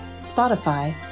Spotify